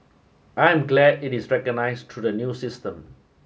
I am glad it is recognized through the new system